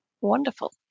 wonderful